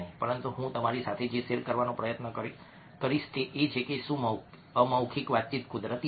પરંતુ હું તમારી સાથે જે શેર કરવાનો પ્રયત્ન કરીશ તે એ છે કે શું અમૌખિક વાતચીત કુદરતી છે